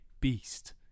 beast